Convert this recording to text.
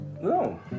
No